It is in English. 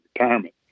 retirement